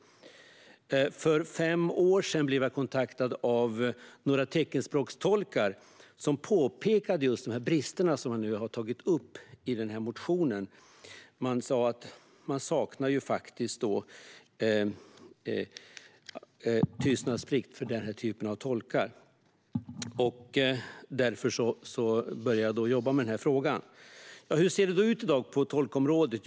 För fem år sedan blev jag kontaktad av några teckenspråkstolkar som pekade just på de brister som jag har tagit upp i denna motion. De sa att det faktiskt saknas tystnadsplikt för den här typen av tolkar. Därför började jag jobba med frågan. Hur ser det då ut i dag på tolkområdet?